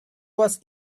was